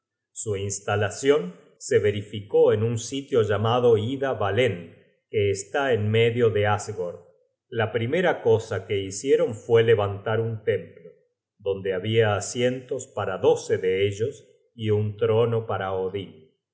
su instalacion se verificó en un sitio llamado ida vallen que está en medio de asgord la primera cosa que hicieron fue levantar un templo donde habia asientos para doce de ellos y un trono para odin